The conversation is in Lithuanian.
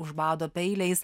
užbado peiliais